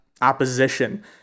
opposition